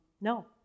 no